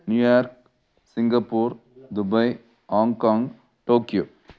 New York Singapore Dubai Hong Kong Tokyo